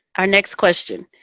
our next question.